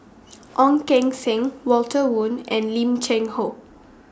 Ong Keng Sen Walter Woon and Lim Cheng Hoe